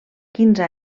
quinze